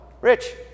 Rich